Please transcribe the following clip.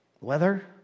weather